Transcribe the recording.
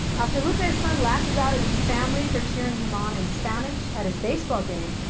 after lupe's son lashes out at his family for cheering him on in spanish at his baseball game,